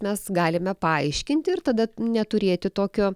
mes galime paaiškinti ir tada neturėti tokio